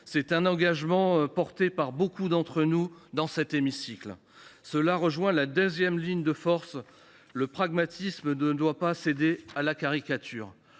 C’est un engagement de beaucoup d’entre nous dans cet hémicycle. Voilà qui rejoint notre deuxième ligne de force : le pragmatisme ne doit pas céder à la caricature.